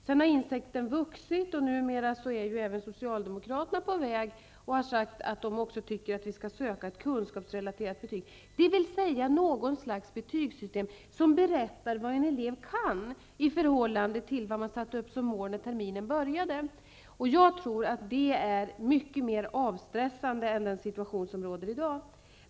Sedan har denna insikt vuxit, och numera har även Socialdemokraterna sagt att man skall försöka införa kunskapsrelaterade betyg, dvs. något slags betygssystem som visar vad en elev kan i förhållande till de mål som har uppsatts vid terminens början. Jag tror att ett sådant system vore mycket mer avstressande än det system som tillämpas i dag.